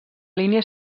línia